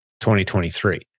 2023